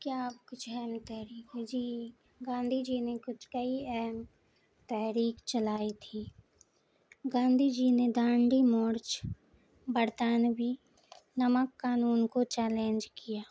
کیا آپ کچھ اہم تحریک ہے جی گاندھی جی نے کچھ کئی اہم تحریک چلائی تھی گاندھی جی نے دانڈی مارچ برطانوی نمک قانون کو چیلنج کیا